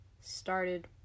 started